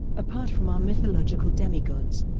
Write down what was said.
apart from our mythological demigods,